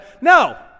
No